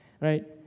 right